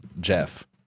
Jeff